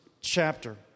chapter